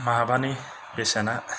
माबानि बेसेना